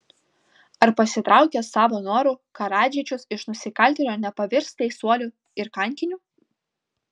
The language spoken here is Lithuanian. ar pasitraukęs savo noru karadžičius iš nusikaltėlio nepavirs teisuoliu ir kankiniu